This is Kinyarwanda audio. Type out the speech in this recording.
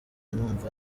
numva